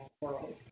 world